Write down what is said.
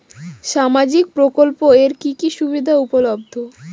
সামাজিক প্রকল্প এর কি কি সুবিধা উপলব্ধ?